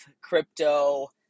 crypto